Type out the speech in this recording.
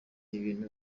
ibintu